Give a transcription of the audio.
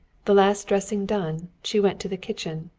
the last dressing done, she went to the kitchen.